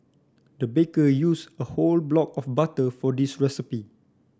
the baker used a whole block of butter for this recipe